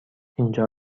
اینجا